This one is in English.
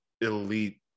elite